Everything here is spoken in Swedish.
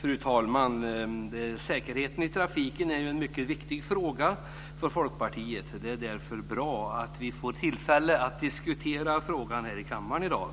Fru talman! Säkerheten i trafiken är en mycket viktig fråga för Folkpartiet. Det är därför bra att vi får tillfälle att diskutera frågan här i kammaren i dag.